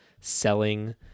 selling